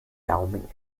daumen